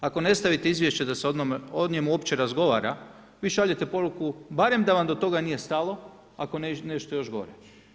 Ako ne stavite izvješće da se o njemu uopće razgovara, vi šaljete poruku barem da vam do toga nije stalo, ako ne nešto još gore.